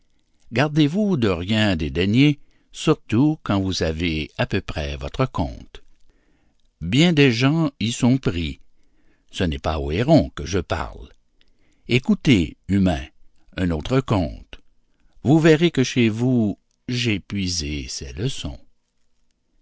gardez-vous de rien dédaigner surtout quand vous avez à peu près votre compte bien des gens y sont pris ce n'est pas aux hérons que je parle écoutez humains un autre conte vous verrez que chez vous j'ai puisé ces leçons